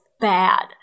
bad